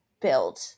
build